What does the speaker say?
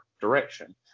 direction